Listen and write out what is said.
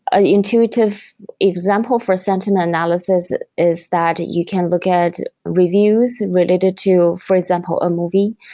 an intuitive example for sentiment analysis is that you can look at reviews related to for example a movie.